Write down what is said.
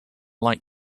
like